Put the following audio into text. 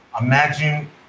Imagine